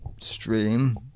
stream